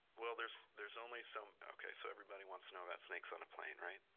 well there's there's only so. okay, so everybody wants to know about snakes on a plane, right?